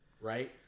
right